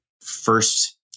first